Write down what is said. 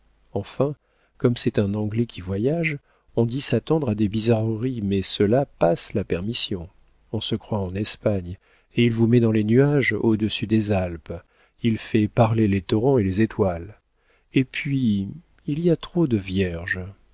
enfin comme c'est un anglais qui voyage on doit s'attendre à des bizarreries mais cela passe la permission on se croit en espagne et il vous met dans les nuages au-dessus des alpes il fait parler les torrents et les étoiles et puis il y a trop de vierges